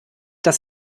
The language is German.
das